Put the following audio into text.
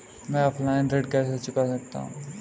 मैं ऑफलाइन ऋण कैसे चुका सकता हूँ?